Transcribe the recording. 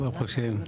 ברוך השם.